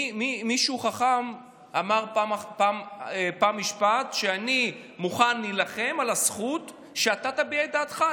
מישהו חכם אמר פעם משפט: אני מוכן להילחם על הזכות שאתה תביע את דעתך.